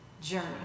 journey